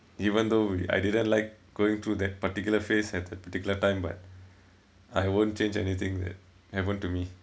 even though I didn't like going through that particular phase at that particular time but I won't change anything that happened to me